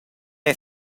era